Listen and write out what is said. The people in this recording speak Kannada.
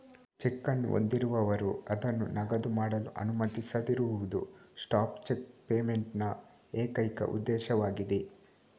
ಚೆಕ್ ಅನ್ನು ಹೊಂದಿರುವವರು ಅದನ್ನು ನಗದು ಮಾಡಲು ಅನುಮತಿಸದಿರುವುದು ಸ್ಟಾಪ್ ಚೆಕ್ ಪೇಮೆಂಟ್ ನ ಏಕೈಕ ಉದ್ದೇಶವಾಗಿದೆ